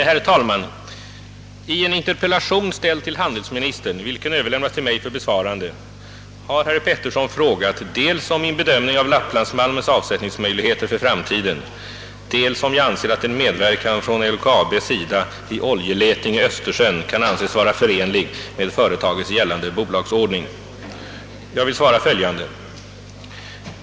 Herr talman! I en interpellation ställd till handelsministern, vilken överlämnats till mig för besvarande, har herr Petersson frågat dels om min bedömning av lapplandsmalmens avsättningsmöjligheter för framtiden, dels om jag anser att en medverkan från LKAB:s sida i oljeletning i Östersjön kan anses vara förenlig med företagets gällande bolagsordning. Jag vill svara följande.